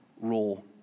role